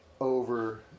over